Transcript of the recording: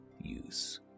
use